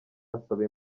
asaba